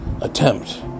attempt